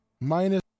Minus